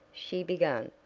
she began,